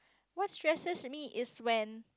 what stresses me is when